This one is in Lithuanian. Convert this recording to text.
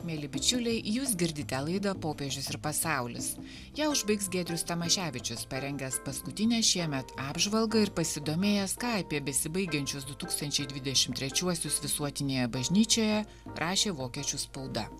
mieli bičiuliai jūs girdite laidą popiežius ir pasaulis ją užbaigs giedrius tamaševičius parengęs paskutinę šiemet apžvalgą ir pasidomėjęs ką apie besibaigiančius du tūkstančiai dvidešim trečiuosius visuotinėje bažnyčioje rašė vokiečių spauda